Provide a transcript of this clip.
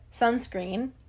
sunscreen